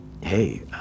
Hey